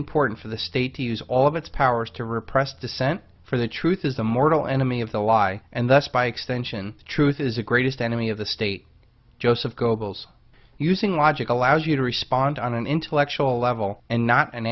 important for the state to use all of its powers to repress dissent for the truth is a mortal enemy of the lie and thus by extension truth is the greatest enemy of the state joseph goebbels using logic allows you to respond on an intellectual level and not an